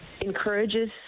encourages